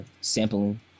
sampling